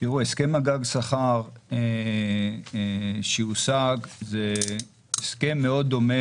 הסכם הגג שכר שהושג הוא הסכם מאוד דומה